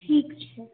ठीकछै